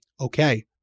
okay